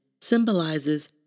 symbolizes